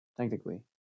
technically